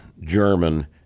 German